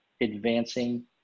advancing